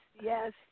Yes